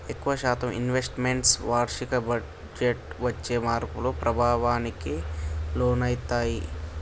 ఎక్కువ శాతం investments వార్షిక బడ్జెట్టు వచ్చే మార్పుల ప్రభావానికి లోనయితయ్యి